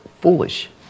foolish